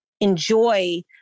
enjoy